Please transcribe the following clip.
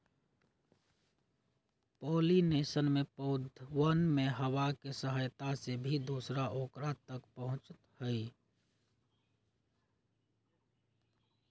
pollination में पौधवन में हवा के सहायता से भी दूसरा औकरा तक पहुंचते हई